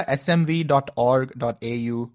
smv.org.au